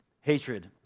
hatred